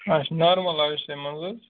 اَچھ نارمَل آیہِ